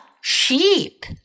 sheep